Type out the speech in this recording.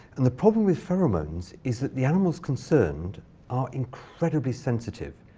and the problem with pheromones is that the animals concerned are incredibly sensitive,